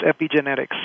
epigenetics